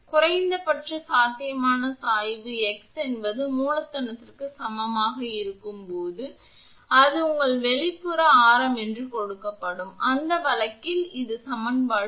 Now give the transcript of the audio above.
குறைந்தபட்ச சாத்தியமான சாய்வு x என்பது மூலதனத்திற்கு சமமாக இருக்கும் போது அது உங்கள் வெளிப்புற ஆரம் என்று கொடுக்கப்படும் எனவே அந்த வழக்கில் இது சமன்பாடு 10